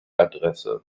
adresse